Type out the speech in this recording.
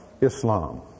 Islam